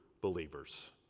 believers